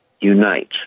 unite